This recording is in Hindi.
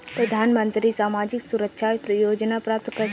प्रधानमंत्री सामाजिक सुरक्षा योजना प्राप्त कैसे करें?